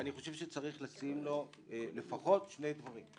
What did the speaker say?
ולפחות לשים לו שני דברים: